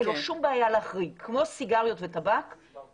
שאין לו שום בעיה להחריג כמו סיגריות וטבק ממתקים,